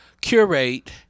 curate